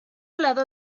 lado